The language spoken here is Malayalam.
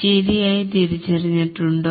ശരിയായി തിരിച്ചറിഞ്ഞിട്ടുണ്ടോ